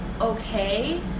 okay